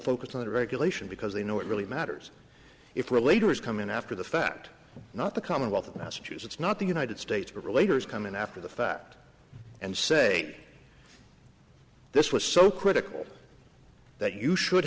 focus on regulation because they know it really matters if we're later is coming after the fact not the commonwealth of massachusetts not the united states relator is coming after the fact and say this was so critical that you should